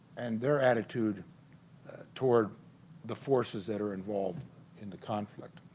and their attitude toward the forces that are involved in the conflict.